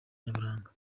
nyaburanga